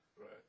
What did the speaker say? Right